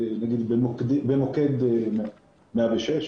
מועסקים במוקד 106,